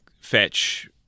Fetch